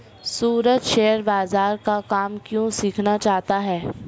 सूरज share बाजार का काम क्यों सीखना चाहता है?